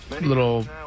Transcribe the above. Little